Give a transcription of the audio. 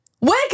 Wake